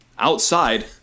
Outside